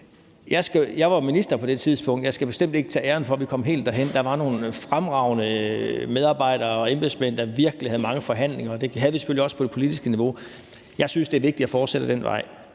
Jeg var minister på det tidspunkt, og jeg skal bestemt ikke tage æren for, at vi kom helt derhen, for der var nogle fremragende medarbejdere og embedsmænd, der virkelig havde mange forhandlinger – og det havde vi selvfølgelig også på det politiske niveau. Jeg synes, det er vigtigt at fortsætte ad den vej.